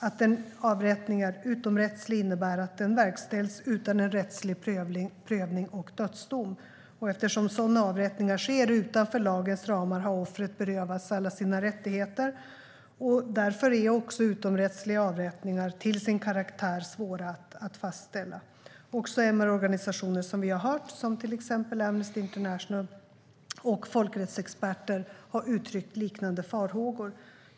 Att en avrättning är utomrättslig innebär att den verkställs utan rättslig prövning och dödsdom. Eftersom sådana avrättningar sker utanför lagens ramar har offret berövats alla sina rättigheter. Därför är också utomrättsliga avrättningar svåra att fastställa. MR-organisationer, till exempel Amnesty International, och folkrättsexperter har som vi har hört uttryckt liknande farhågor.